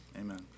Amen